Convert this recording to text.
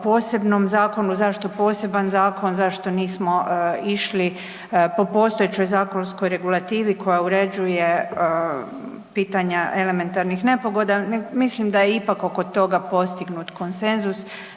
posebnom zakonu zašto poseban zakon, zašto nismo išli po postojećoj zakonskoj regulativi koja uređuje pitanje elementarnih nepogoda, mislim da je ipak oko toga postignut konsenzus